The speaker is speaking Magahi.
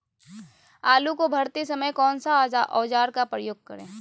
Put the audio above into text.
आलू को भरते समय कौन सा औजार का प्रयोग करें?